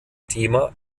thema